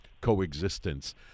coexistence